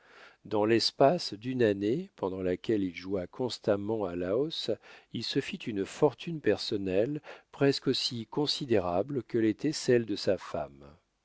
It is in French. dans l'espace d'une année pendant laquelle il joua constamment à la hausse il se fit une fortune personnelle presque aussi considérable que l'était celle de sa femme